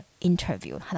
interview